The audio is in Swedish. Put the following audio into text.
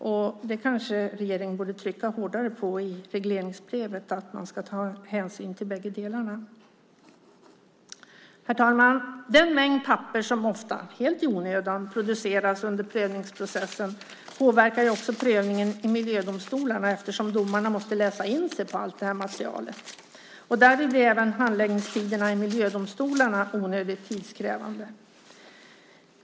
Regeringen kanske i regleringsbrevet borde trycka hårdare på att man ska ta hänsyn till bägge parternas intressen. Herr talman! Den mängd papper som ofta helt i onödan produceras under prövningsprocessen påverkar också prövningen i miljödomstolarna eftersom domarna måste läsa in sig på allt detta material. Därvid blir även handläggningstiderna i miljödomstolarna onödigt tidskrävande.